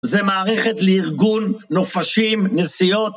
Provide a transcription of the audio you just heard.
זה מערכת לארגון, נופשים, נסיעות.